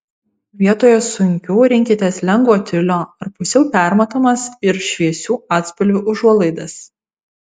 vietoje sunkių rinkitės lengvo tiulio ar pusiau permatomas ir šviesių atspalvių užuolaidas